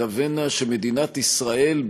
תבֵנה שמדינת ישראל,